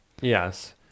yes